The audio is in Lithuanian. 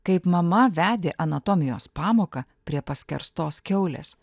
kaip mama vedė anatomijos pamoką prie paskerstos kiaulės